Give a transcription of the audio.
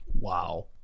Wow